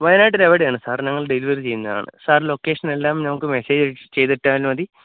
വയനാട്ടില് എവിടെയാണ് സാര് ഞങ്ങള് ഡെലിവറി ചെയ്യുന്നതാണ് സാര് ലോക്കേഷൻ എല്ലാം നമുക്ക് മെസേജ് ചെയ്തിട്ടാല് മതി